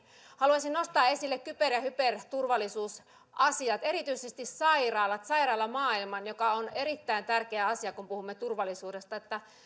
haluaisin nostaa esille kyber ja hyperturvallisuusasiat erityisesti sairaalamaailman joka on erittäin tärkeä asia kun puhumme turvallisuudesta että